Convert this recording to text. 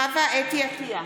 חוה אתי עטייה,